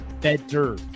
better